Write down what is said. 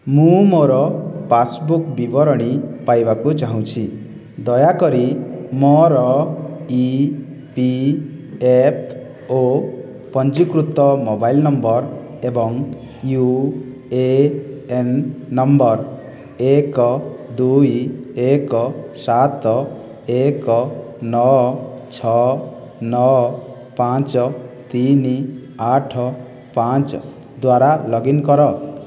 ମୁଁ ମୋର ପାସ୍ବୁକ୍ ବିବରଣୀ ପାଇବାକୁ ଚାହୁଁଛି ଦୟାକରି ମୋର ଇ ପି ଏଫ୍ ଓ ପଞ୍ଜୀକୃତ ମୋବାଇଲ ନମ୍ବର ଏବଂ ୟୁ ଏ ଏନ୍ ନମ୍ବର ଏକ ଦୁଇ ଏକ ସାତ ଏକ ନଅ ଛଅ ନଅ ପାଞ୍ଚ ତିନି ଆଠ ପାଞ୍ଚ ଦ୍ଵାରା ଲଗ୍ଇନ୍ କର